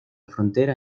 frontera